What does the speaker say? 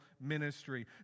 ministry